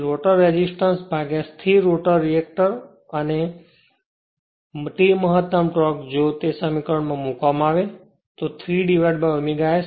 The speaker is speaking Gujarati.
તેથી રોટર રેસિસ્ટન્સ ભાગ્યા સ્થિર રોટર રિએક્ટર અને t મહત્તમ ટોર્ક જો તે સમીકરણ માં મૂકવામાં આવે તો 3ω S 0